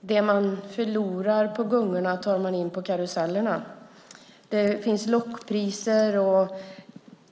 Det man förlorar på gungorna tar man in på karusellerna. Det finns lockpriser.